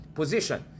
position